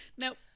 nope